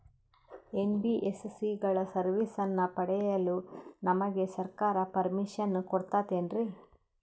NBSC ಗಳ ಸರ್ವಿಸನ್ನ ಪಡಿಯಲು ನಮಗೆ ಸರ್ಕಾರ ಪರ್ಮಿಷನ್ ಕೊಡ್ತಾತೇನ್ರೀ?